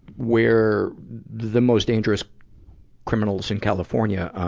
where the most dangerous criminals in california, ah,